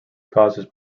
causes